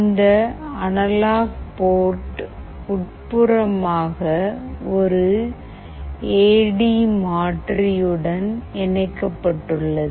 இந்த analogue port உட்புறமாக ஒரு ஏடி மாற்றி உடன் இணைக்கப்பட்டுள்ளது